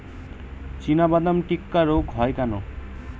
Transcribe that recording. চিনাবাদাম টিক্কা রোগ হয় কেন?